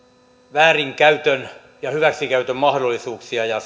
väärinkäytön ja hyväksikäytön mahdollisuuksia ja